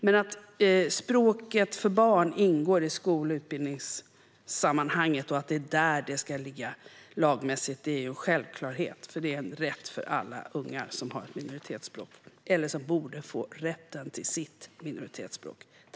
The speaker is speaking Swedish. Men att språk för barn ingår i skol och utbildningssammanhanget och att det är där det lagmässigt ska ligga är en självklarhet, för det är en rätt för alla unga som har ett minoritetsspråk eller som borde få rätten till det.